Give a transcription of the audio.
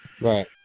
Right